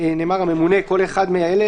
נאמר: הממונה כל אחד מאלה,